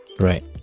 right